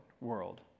world